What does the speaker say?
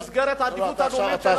במסגרת העדיפות הלאומית שלכם, לא, לא.